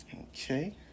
okay